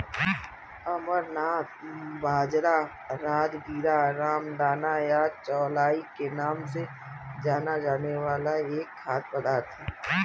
अमरनाथ बाजरा, राजगीरा, रामदाना या चौलाई के नाम से जाना जाने वाला एक खाद्य पदार्थ है